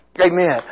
Amen